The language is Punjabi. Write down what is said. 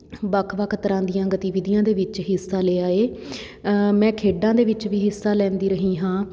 ਵੱਖ ਵੱਖ ਤਰ੍ਹਾਂ ਦੀਆਂ ਗਤੀਵਿਧੀਆਂ ਦੇ ਵਿੱਚ ਹਿੱਸਾ ਲਿਆ ਹੈ ਮੈਂ ਖੇਡਾਂ ਦੇ ਵਿੱਚ ਵੀ ਹਿੱਸਾ ਲੈਂਦੀ ਰਹੀ ਹਾਂ